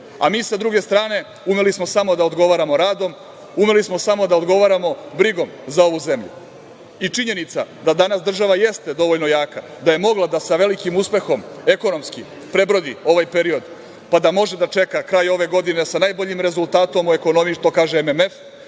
mi sa druge strane umeli smo samo da odgovaramo radom. Umeli smo samo da odgovaramo brigom za ovu zemlju i činjenica da danas država jeste dovoljno jaka, da je moglo da sa velikim uspehom ekonomskim prebrodi ovaj period pa da može da čeka kraj ove godine sa najboljim rezultatom u ekonomiji, to kaže MMF,